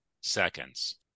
seconds